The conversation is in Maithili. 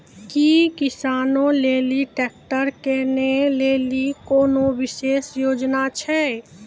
कि किसानो लेली ट्रैक्टर किनै लेली कोनो विशेष योजना छै?